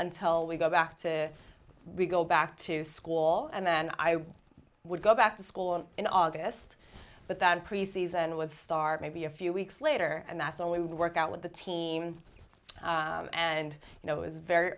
until we go back to we go back to school and then i would go back to school in august but that pre season would start maybe a few weeks later and that's all we would work out with the team and you know is very